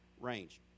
range